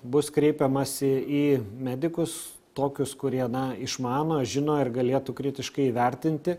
bus kreipiamasi į medikus tokius kurie išmano žino ir galėtų kritiškai įvertinti